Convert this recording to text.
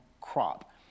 crop